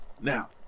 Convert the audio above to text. Now